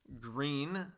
Green